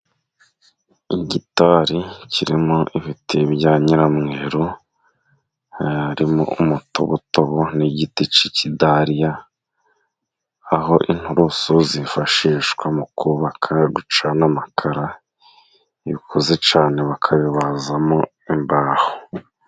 Igitari kirimo ibiti bya nyiramweru harimo: umutobutobo, n'igiti cy'ikidariya, aho inturusu zifashishwa mu kubaka, gucana amakara, ibikuze cyane bakabibazamo imbaho.